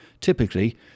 Typically